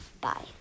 bye